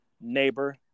Neighbor